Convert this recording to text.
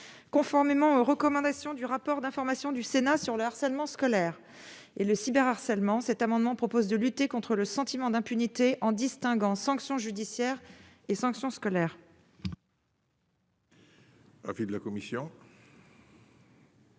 conformément aux recommandations du rapport d'information du Sénat sur le harcèlement scolaire et le cyberharcèlement, cet amendement propose de lutter contre le sentiment d'impunité en distinguant sanctions judiciaires et sanctions scolaires.